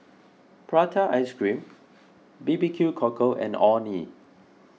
Prata Ice Cream B B Q Cockle and Orh Nee